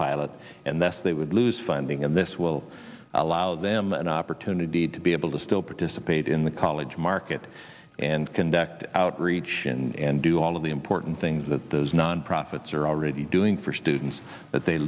pilot and that's they would lose funding and this will allow them that opportunity to be able to still participate in the college market and conduct outreach and do all of the important things that those nonprofits are already doing for students that they